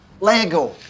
Lego